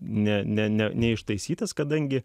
ne ne ne neištaisytas kadangi